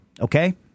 okay